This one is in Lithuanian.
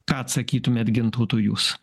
ką atsakytumėt gintautui jūs